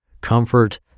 comfort